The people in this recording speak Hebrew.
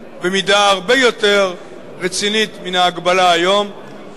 במידה הרבה יותר רצינית מן ההגבלה היום את